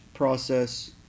process